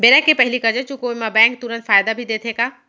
बेरा के पहिली करजा चुकोय म बैंक तुरंत फायदा भी देथे का?